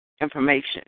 information